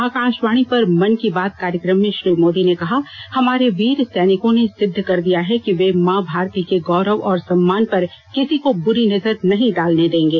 आकाशवाणी पर मन की बात कार्यक्रम में श्री मोदी ने कहा हमारे वीर सैनिकों ने सिद्ध कर दिया है कि वे मां भारती के गौरव और सम्मान पर किसी को बूरी नजर नहीं डालने देंगे